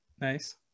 Nice